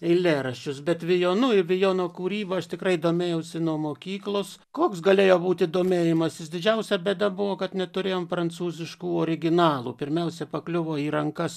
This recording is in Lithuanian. eilėraščius bet vijonu ir vijono kūryba aš tikrai domėjausi nuo mokyklos koks galėjo būti domėjimasis didžiausia bėda buvo kad neturėjom prancūziškų originalų pirmiausia pakliuvo į rankas